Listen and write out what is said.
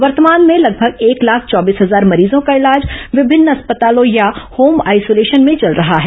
वर्तमान में लगभग एक लाख चौबीस हजार मरीजों का इलाज विभिन्न अस्पतालों या होम आइसोलेशन में चल रहा है